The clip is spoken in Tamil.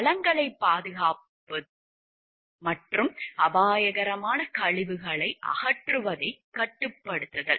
வளங்களைப் பாதுகாத்தல் மற்றும் அபாயகரமான கழிவுகளை அகற்றுவதைக் கட்டுப்படுத்துதல்